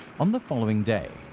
on the following day,